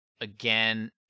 again